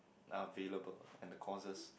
are available and the courses